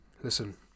Listen